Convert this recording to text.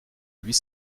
huit